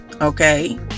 okay